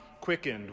quickened